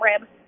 rib